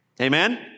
Amen